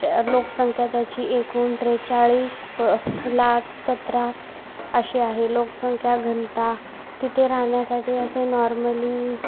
श लोकसंख्या त्याची एकूण त्रेचाळीस लाख सतरा अशी आहे लोकसंख्या घनता तिथे राहण्यासाठी असे नॉर्मली